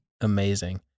amazing